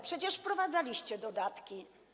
Przecież wprowadzaliście dodatki.